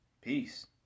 Peace